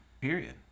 Period